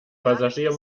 passagier